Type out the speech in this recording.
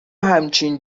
همچین